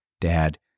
dad